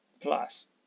Plus